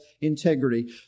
integrity